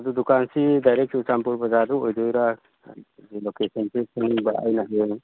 ꯑꯗꯨ ꯗꯨꯀꯥꯟꯁꯤ ꯗꯥꯏꯔꯦꯛ ꯆꯨꯔꯥꯆꯥꯟꯄꯨꯔ ꯕꯥꯖꯥꯔꯗ ꯑꯣꯏꯗꯣꯏꯔꯥ ꯍꯥꯏꯗꯤ ꯂꯣꯀꯦꯁꯟꯁꯦ ꯈꯪꯅꯤꯡꯕ ꯑꯩꯅ ꯍꯌꯦꯡ